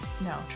No